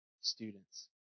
students